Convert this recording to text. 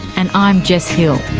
and i'm jess hill